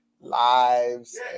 lives